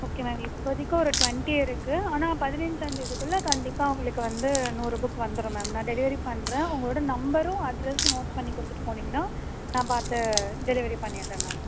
okay ma'am இப்போதிக்கு ஒரு twenty இருக்கு ஆனால் பதினஞ்சாந்தேதிக்குள்ளே கண்டிப்பாக உங்களுக்கு வந்து நூறு புக் வந்துரும் மேம் நான் டெலிவரி பண்ணுறேன் உங்களோட நம்பரும் அட்ரஸ் நோட் பண்ணிக் கொடுத்துட்டு போனிங்கன்னா நான் பார்த்து டெலிவரி பண்ணிவிடுறேன் மேம்